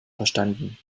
verstanden